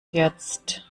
jetzt